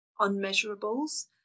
unmeasurables